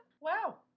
wow